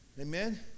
Amen